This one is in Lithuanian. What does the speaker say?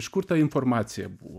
iš kur ta informacija buvo